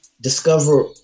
discover